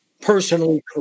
personally